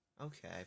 Okay